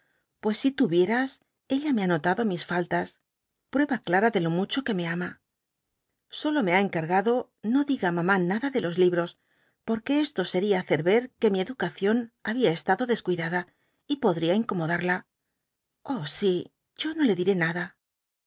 pues si tú vieras ella me ha notado mis faltas prueba clara de lo mucho que me ama solo me ha encargado no diga á mamá nada de los libros por que esto seria hacer yer que mi educación habia estado descuidada y podria incomodarla i oh si yo no le diré nada